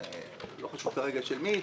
לא חשוב כרגע של מי.